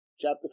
chapter